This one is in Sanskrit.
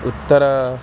उत्तरे